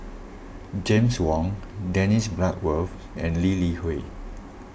James Wong Dennis Bloodworth and Lee Li Hui